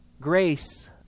grace